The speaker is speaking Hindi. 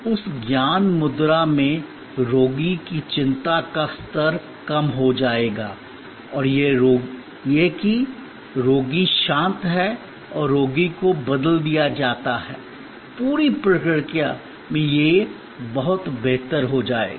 उस ज्ञान मुद्रा में रोगी की चिंता का स्तर कम हो जाएगा और यह कि रोगी शांत है और रोगी को बदल दिया जाता है पूरी प्रक्रिया में यह बहुत बेहतर हो जाएगा